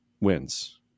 wins